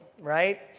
right